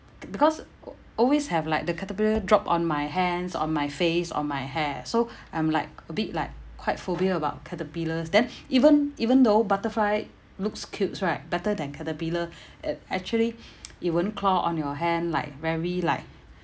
because always have like the caterpillar drop on my hands on my face on my hair so I'm like a bit like quite phobia about caterpillars then even even though butterfly looks cutes right better than caterpillar uh actually it won't claw on your hand like very like